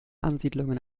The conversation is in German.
ansiedlungen